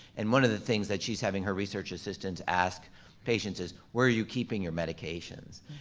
and one of the things that she's having her research assistants ask patients is, where are you keeping your medications?